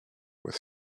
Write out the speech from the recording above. with